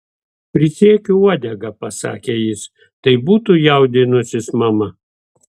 prisiekiu uodega pasakė jis tai būtų jaudinusis mama